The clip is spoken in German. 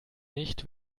nicht